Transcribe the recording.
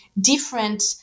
different